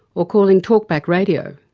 or calling talk-back radio?